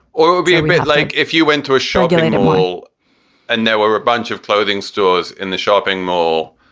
or it would be a bit like if you went to a shopping and mall and there were a bunch of clothing stores in the shopping mall,